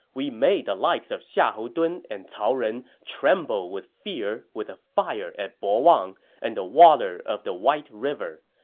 we made the likes of xiahou dun and cao ren tremble with fear with a fire at bowang and the water of the white river.